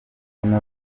kunoza